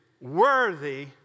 worthy